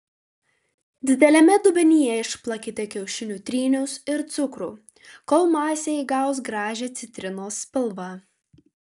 dideliame dubenyje išplakite kiaušinių trynius ir cukrų kol masė įgaus gražią citrinos spalvą